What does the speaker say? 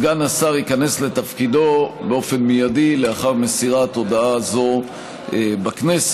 סגן השר ייכנס לתפקידו מייד לאחר מסירת הודעה זו בכנסת,